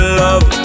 love